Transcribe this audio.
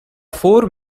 four